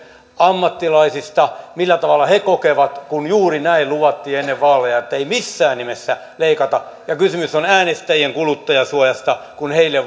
ammattilaisista millä tavalla he kokevat kun juuri näin luvattiin ennen vaaleja että ei missään nimessä leikata kysymys on äänestäjien kuluttajansuojasta kun heille